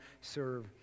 serve